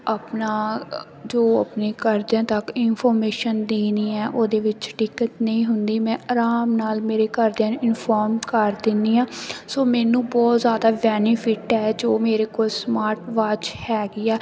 ਆਪਣਾ ਜੋ ਆਪਣੇ ਘਰਦਿਆਂ ਤੱਕ ਇਨਫੋਰਮੇਸ਼ਨ ਦੇਣੀ ਹੈ ਉਹਦੇ ਵਿੱਚ ਦਿੱਕਤ ਨਹੀਂ ਹੁੰਦੀ ਮੈਂ ਆਰਾਮ ਨਾਲ ਮੇਰੇ ਘਰਦਿਆਂ ਨੂੰ ਇਨਫੋਰਮ ਕਰ ਦਿੰਦੀ ਹਾਂ ਸੋ ਮੈਨੂੰ ਬਹੁਤ ਜ਼ਿਆਦਾ ਬੈਨੀਫਿਟ ਹੈ ਜੋ ਮੇਰੇ ਕੋਲ ਸਮਾਰਟ ਵਾਚ ਹੈਗੀ ਆ